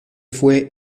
fue